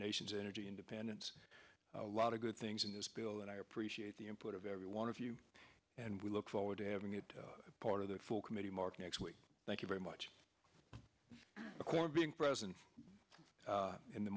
nation's energy independence a lot of good things in this bill and i appreciate the input of every one of you and we look forward to having it part of the full committee mark next week thank you very much for being present in the